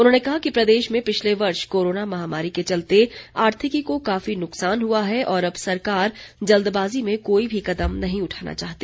उन्होंने कहा कि प्रदेश में पिछले वर्ष कोरोना महामारी के चलते आर्थिकी को काफी नुकसान हुआ है और अब सरकार जल्दबाजी में कोई भी कदम नहीं उठाना चाहती